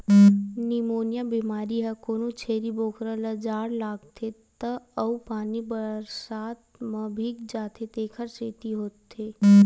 pneumonia बेमारी ह कोनो छेरी बोकरा ल जाड़ लागथे त अउ पानी बरसात म भीग जाथे तेखर सेती होथे